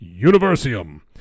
Universium